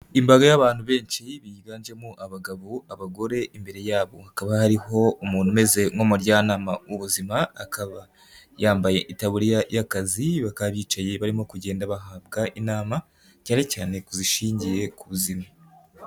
Imbaga y'abantu benshi biganjemo abagabo, abagore, imbere yabo hakaba hariho umuntu umeze nk'umujyanama w'ubuzima akaba yambaye itaburiya y'akazi bakaba bicaye barimo kugenda bahabwa inama cyane cyane ku zishingiye ku buzima.